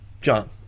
John